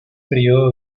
período